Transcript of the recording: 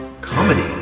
comedy